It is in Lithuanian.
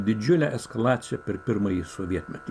didžiulę eskalaciją per pirmąjį sovietmetį